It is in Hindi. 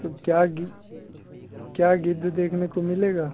तो क्या गि क्या गिद्ध देखने को मिलेगा